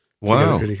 Wow